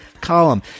column